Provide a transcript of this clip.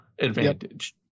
advantage